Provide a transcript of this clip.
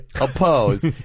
oppose